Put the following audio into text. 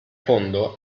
fondo